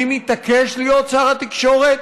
מי מתעקש להיות שר התקשורת?